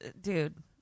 dude